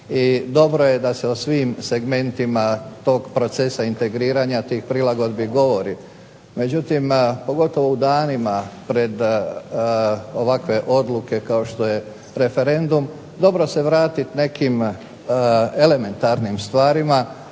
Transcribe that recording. dobro je da se o svim segmentima tog procesa integriranja tih prilagodbi govori. Međutim, pogotovo u danima ovakve odluke kao što je referendum dobro se vratiti nekim elementarnim stvarima,